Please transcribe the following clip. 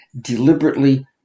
deliberately